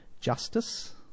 justice